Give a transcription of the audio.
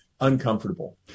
uncomfortable